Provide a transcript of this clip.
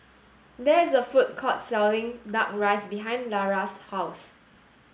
there is a food court selling duck rice behind Lara's house